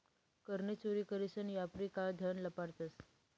कर नी चोरी करीसन यापारी काळं धन लपाडतंस